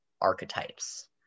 archetypes